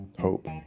hope